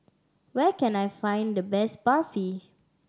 where can I find the best Barfi